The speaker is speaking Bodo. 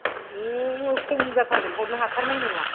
आयौ खम जाथारगोन हरनो हाथारनाय नङा